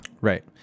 Right